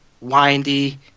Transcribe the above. windy